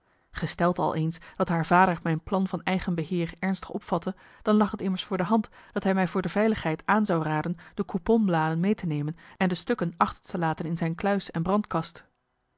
gesteld al eens dat haar vader mijn plan van eigen beheer ernstig opvatte dan lag t immers voor de hand dat hij mij voor marcellus emants een nagelaten bekentenis de veiligheid aan zou raden de couponbladen mee te nemen en de stukken achter te laten in zijn kluis en